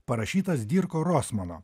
parašytas dirko rosmano